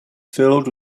filled